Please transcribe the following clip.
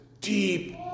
deep